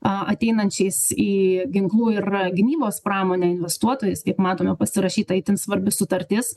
a ateinančiais į ginklų ir gynybos pramonę investuotojais kaip matome pasirašyta itin svarbi sutartis